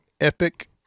epic